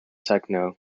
techno